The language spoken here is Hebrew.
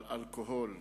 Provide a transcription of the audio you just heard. על אלכוהול,